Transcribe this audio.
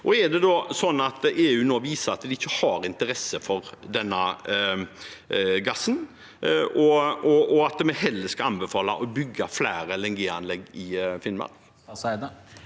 Er det slik at EU nå viser at de ikke har interesse for denne gassen, og at vi heller skal anbefale å bygge flere LNG-anlegg i Finnmark?